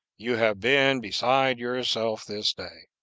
you have been beside yourself this day.